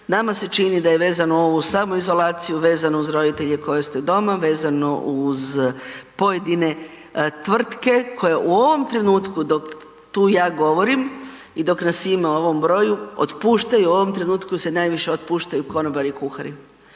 Nama se čini da je vezano ovo uz samoizolaciju, vezeno uz roditelje koje ste doma, vezano uz pojedine tvrtke koje u ovom trenutku dok tu ja govorim i dok nas ima u ovom broju otpuštaju. U ovom trenutku se najviše otpuštaju konobari i kuhari.